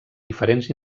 diferents